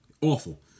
Awful